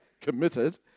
committed